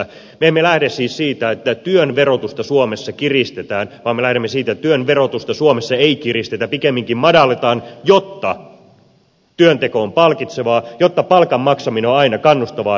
me emme lähde siis siitä että työn verotusta suomessa kiristetään vaan me lähdemme siitä että työn verotusta suomessa ei kiristetä pikemminkin madalletaan jotta työnteko on palkitsevaa jotta palkan maksaminen on aina kannustavaa ja mahdollista